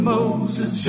Moses